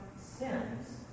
sins